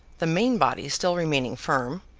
the main body still remaining firm,